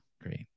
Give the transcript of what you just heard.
Great